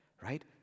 Right